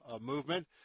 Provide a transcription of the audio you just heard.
movement